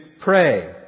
pray